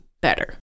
better